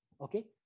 okay